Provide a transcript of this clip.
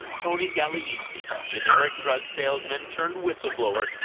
tony gagliese, generic drug salesman turned whistleblower,